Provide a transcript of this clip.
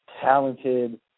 talented